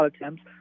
attempts